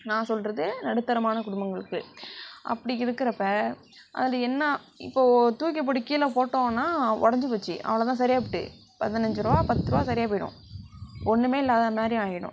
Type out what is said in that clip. நான் சொல்வது நடுத்தரமான குடும்பங்களுக்கு அப்படி இருக்கிறப்ப அது என்ன இப்போது தூக்கி போட்டு கீழே போட்டோம்னா ஒடைஞ்சி போச்சு அவ்வளோ தான் சரியாக புட்டு பதினஞ்சிருவா பத்துருவா சரியாக போய்டும் ஒன்றுமே இல்லாத மாதிரி ஆகிடும்